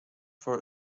for